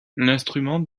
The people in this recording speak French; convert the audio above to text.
l’instrument